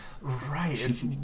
Right